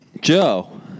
Joe